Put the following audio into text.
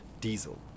Diesel